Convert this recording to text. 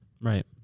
Right